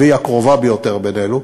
והיא הקרובה ביותר אלינו,